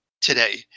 today